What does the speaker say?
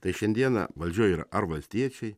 tai šiandieną valdžioj yra ar valstiečiai